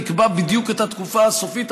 נקבע בדיוק את התקופה הסופית,